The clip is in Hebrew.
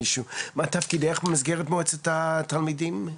מה תפקידך במסגרת מועצת התלמידים?